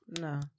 No